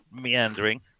meandering